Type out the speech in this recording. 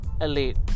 elite